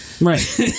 Right